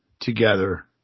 together